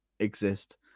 exist